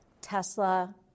Tesla